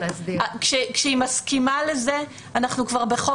כשהיא מסכימה לזה אנחנו כבר בחוק